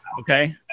okay